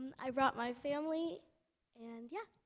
i brought my family and yeah